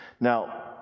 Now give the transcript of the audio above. Now